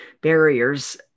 barriers